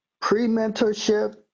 Pre-mentorship